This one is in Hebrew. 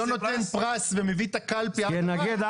פרס ומביא את הקלפי עד אליהם.